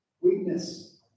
Weakness